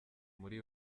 muri